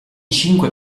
cinque